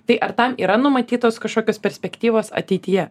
tai ar tam yra numatytos kažkokios perspektyvos ateityje